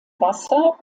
wasser